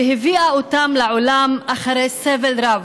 שהביאה אותם לעולם אחרי סבל רב,